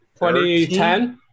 2010